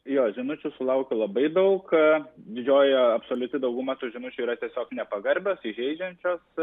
jo žinučių sulaukiu labai daug didžioji absoliuti dauguma tų žinučių yra tiesiog nepagarbios įžeidžiančios